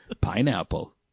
Pineapple